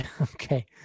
Okay